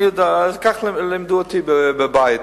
כך לימדו אותי בבית.